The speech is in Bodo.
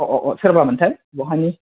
अ अ अ सोरबामोनथाय बहानि